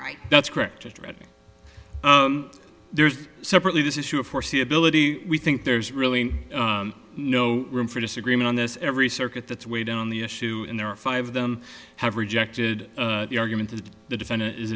right that's correct just read there's separately this issue of foreseeability we think there's really no room for disagreement on this every circuit that's way down the issue and there are five of them have rejected the argument that the defendant is